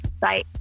Bye